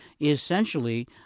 Essentially